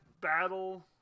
battle